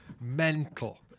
Mental